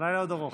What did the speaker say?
הלילה עוד ארוך.